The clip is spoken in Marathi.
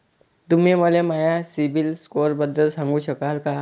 तुम्ही मले माया सीबील स्कोअरबद्दल सांगू शकाल का?